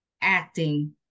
acting